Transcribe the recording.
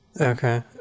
Okay